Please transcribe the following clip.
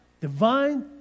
divine